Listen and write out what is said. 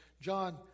John